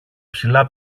ψηλά